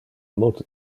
multe